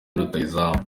rutahizamu